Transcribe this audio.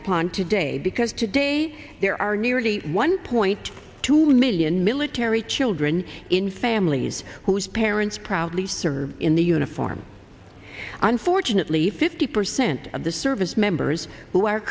upon today because today there are nearly one point two million military children in families whose parents proudly served in the uniform unfortunately fifty percent of the service members who are